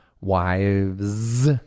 wives